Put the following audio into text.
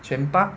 千八